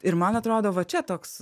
ir man atrodo va čia toks